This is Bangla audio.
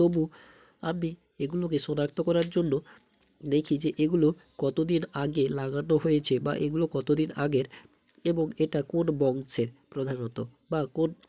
তবু আমি এগুলোকে শনাক্ত করার জন্য দেখি যে এগুলো কতদিন আগে লাগানো হয়েছে বা এগুলো কতদিন আগের এবং এটা কোন বংশের প্রধানত বা কোন